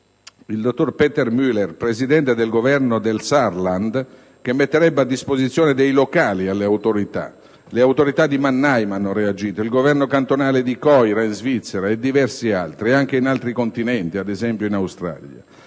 il dottor Peter Müller, presidente del Governo del Saarland, che metterebbe a disposizione alcuni locali; hanno reagito le autorità di Mannheim, in Germania, il Governo cantonale di Coira, in Svizzera, e diversi altri, anche in altri continenti, ad esempio in Australia.